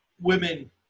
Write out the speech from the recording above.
women